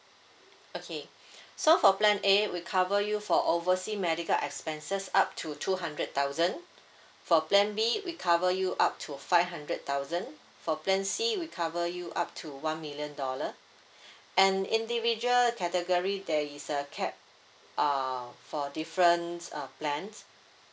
okay so for plan A we cover you for oversea medical expenses up to two hundred thousand for plan B we cover you up to five hundred thousand for plan C we cover you up to one million dollar and individual category there is a cap uh for different uh plans